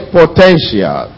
potential